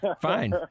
fine